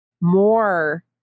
more